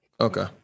Okay